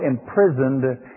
imprisoned